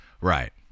Right